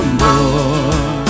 more